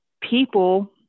people